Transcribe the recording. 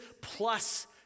plus